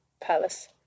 palace